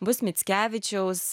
bus mickevičiaus